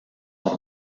per